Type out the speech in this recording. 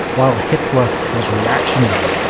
while hitler was reactionary,